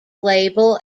label